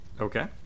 Okay